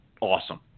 awesome